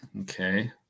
Okay